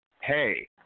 Hey